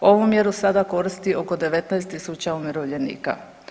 Ovu mjeru sada koristi oko 19.000 umirovljenika.